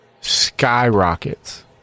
skyrockets